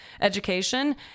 Education